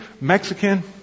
Mexican